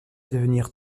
devenir